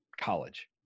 college